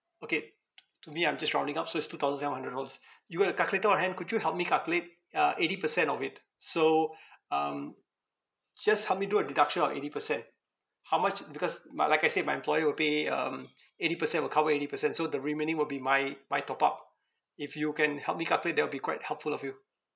okay to to me I'm just rounding up so it's two thousand seven hundred dollars you got a calculator on hand could you help me calculate uh eighty percent of it so um just help me do a deduction of eighty percent how much because my like I said my employer will pay um eighty percent will cover eighty percent so the remaining will be my my top up if you can help me calculate that will be quite helpful of you